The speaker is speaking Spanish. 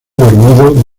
dormido